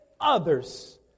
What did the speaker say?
others